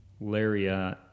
Lariat